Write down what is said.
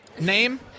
Name